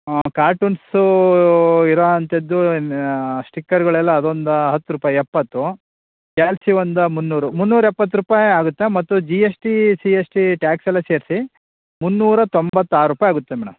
ಹಾಂ ಕಾರ್ಟೂನ್ಸೂ ಇರೋಂಥದ್ದು ಇನ್ನು ಸ್ಟಿಕ್ಕರ್ಗಳೆಲ್ಲ ಅದೊಂದು ಹತ್ತು ರೂಪಾಯಿ ಎಪ್ಪತ್ತು ಕ್ಯಾಲ್ಸಿ ಒಂದು ಮುನ್ನೂರು ಮುನ್ನೂರ ಎಪ್ಪತ್ತು ರೂಪಾಯಿ ಆಗುತ್ತೆ ಮತ್ತು G S T C S T ಟ್ಯಾಕ್ಸೆಲ್ಲ ಸೇರಿಸಿ ಮುನ್ನೂರ ತೊಂಬತ್ತಾರು ರೂಪಾಯಿ ಆಗುತ್ತೆ ಮೇಡಮ್